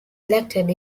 elected